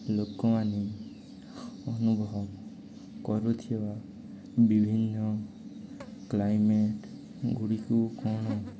ଲୋକମାନେ ଅନୁଭବ କରୁଥିବା ବିଭିନ୍ନ କ୍ଲାଇମେଟଗୁଡ଼ିକୁ କଣ